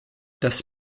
das